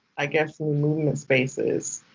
i guess moving in spaces.